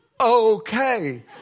okay